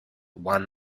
won